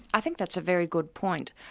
i think that's a very good point.